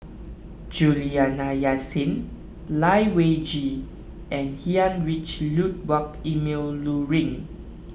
Juliana Yasin Lai Weijie and Heinrich Ludwig Emil Luering